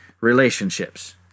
relationships